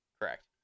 Correct